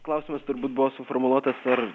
klausimas turbūt buvo suformuluotas ir